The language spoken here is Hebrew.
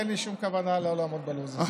אין לי שום כוונה לא לעמוד בלו"ז הזה.